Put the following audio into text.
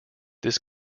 this